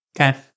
Okay